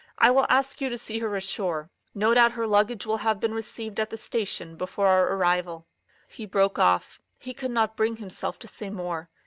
i will ask you to see her ashore. no doubt her luggage will have been received at the station before our arrival he broke off. he could not bring himself to say more.